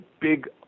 big